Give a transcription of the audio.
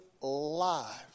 lives